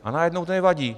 A najednou to nevadí.